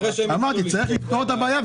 צריך לפתור את הבעיה,